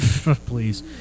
Please